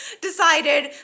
decided